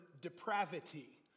depravity